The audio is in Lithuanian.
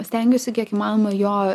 stengiuosi kiek įmanoma jo